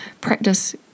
practice